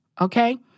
Okay